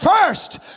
First